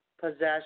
possession